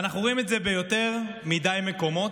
ואנחנו רואים את זה ביותר מדי מקומות.